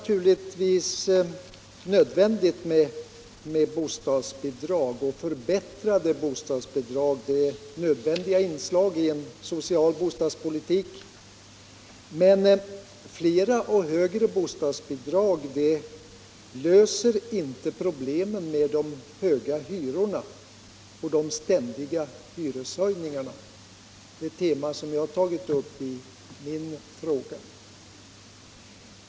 Förbättrade bostadsbidrag är naturligtvis nödvändiga inslag i en social bostadspolitik, men flera och högre bostadsbidrag löser inte problemen med de höga hyrorna som ständigt höjs ännu mer — ett tema som jag har tagit upp i min fråga.